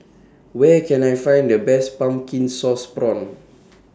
Where Can I Find The Best Pumpkin Sauce Prawns